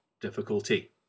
difficulty